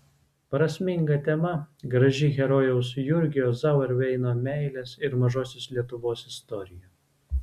prasminga tema graži herojaus jurgio zauerveino meilės ir mažosios lietuvos istorija